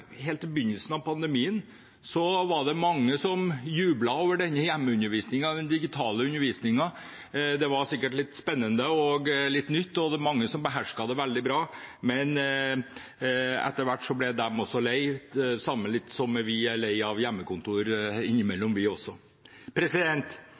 helt i begynnelsen av pandemien var mange som jublet over hjemmeundervisningen og den digitale undervisningen. Det var sikkert litt spennende og litt nytt, og mange behersket det veldig bra. Men etter hvert ble de også lei, på samme måte som vi også er lei av hjemmekontor